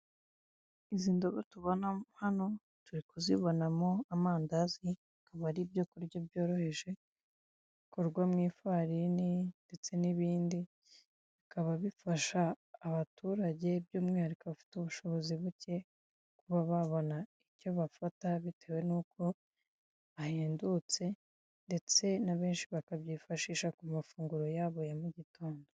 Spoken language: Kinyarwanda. Uyu ni umuhanda wa kaburimbo ugendwamo mu byerekezo byombi, harimo imodoka nini iri kugenda ifite irange ry'umweru.